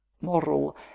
moral